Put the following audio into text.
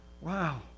Wow